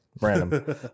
random